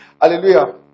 Hallelujah